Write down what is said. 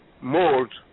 mold